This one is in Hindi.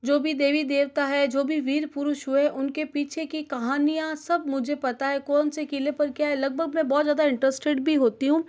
जो भी देवी देवता है जो भी वीर पुरुष हुए उन के पीछे की कहानीयाँ सब मुझे पता है कौन से क़िले पर क्या है लगभग में बहुत ज़्यादा इंटरेस्टेड भी होती हूँ